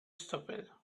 stopped